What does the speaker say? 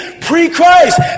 pre-Christ